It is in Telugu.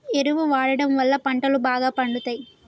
ఎరువు వాడడం వళ్ళ పంటలు బాగా పండుతయి